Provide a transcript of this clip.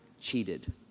cheated